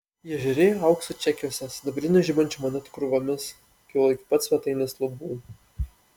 jie žėrėjo auksu čekiuose sidabrinių žibančių monetų krūvomis kilo iki pat svetainės lubų